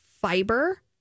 fiber